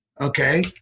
okay